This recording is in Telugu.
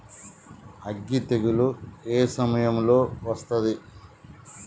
అగ్గి తెగులు ఏ సమయం లో వస్తుంది?